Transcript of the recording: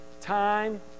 time